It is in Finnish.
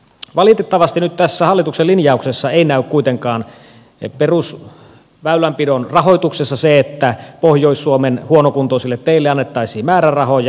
valitettavasti nyt tässä hallituksen linjauksessa ei näy kuitenkaan perusväylänpidon rahoituksessa se että pohjois suomen huonokuntoisille teille annettaisiin määrärahoja